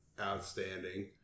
outstanding